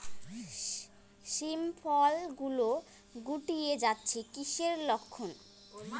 শিম ফল গুলো গুটিয়ে যাচ্ছে কিসের লক্ষন?